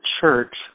church